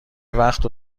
وقت